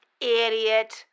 Idiot